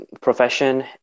profession